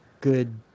Good